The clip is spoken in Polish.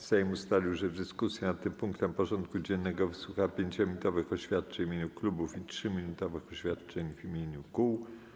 Sejm ustalił, że w dyskusji nad tym punktem porządku dziennego wysłucha 5-minutowych oświadczeń w imieniu klubów i 3-minutowych oświadczeń w imieniu kół.